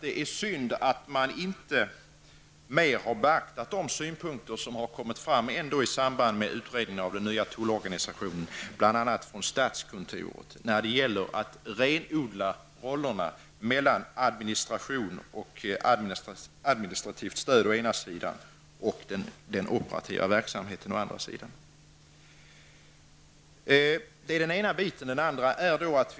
Det är synd att man inte mera har beaktat de synpunkter som har kommit fram i samband med utredningen av den nya tullorganisationen, bl.a. från statskontoret, när det gäller att renodla rollerna mellan administration och administrativt stöd å ena sidan och den operativa verksamheten å den andra. Det är den ena biten.